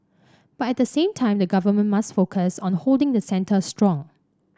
but at the same time the Government must focus on holding the centre strong